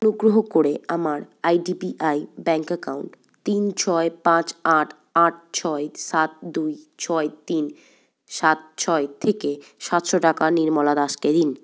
অনুগ্রহ করে আমার I D B I bank account তিন ছয় পাঁচ আট আট ছয় সাত দুই ছয় তিন সাত ছয় থেকে সাতশো টাকা নির্মলা দাসকে দিন